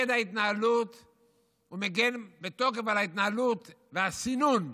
הוא מגן בתוקף על ההתנהלות והסינון,